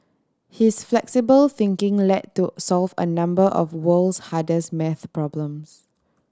his flexible thinking led to solve a number of world's hardest math problems